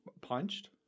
Punched